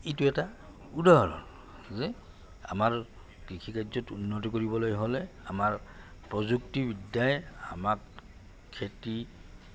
এইটো এটা উদাহৰণ যে আমাৰ কৃষি কাৰ্যত উন্নতি কৰিবলৈ হ'লে আমাৰ প্ৰযুক্তিবিদ্যাই আমাক খেতি